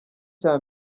cya